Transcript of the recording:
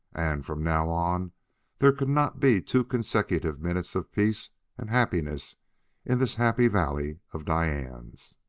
and from now on there could not be two consecutive minutes of peace and happiness in this happy valley of diane's.